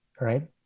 right